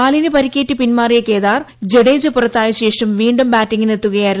കാലിന് പരിക്കേറ്റ് പിൻമാറിയ് കേദാർ ജഡേജ പുറത്തായശേഷം വീണ്ടും ബാറ്റിങ്ങിനെത്തുകയായിരുന്നു